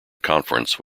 conference